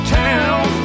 town